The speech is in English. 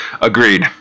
Agreed